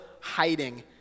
hiding